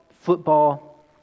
football